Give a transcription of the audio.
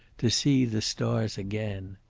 to see the stars again.